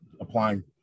applying